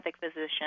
physician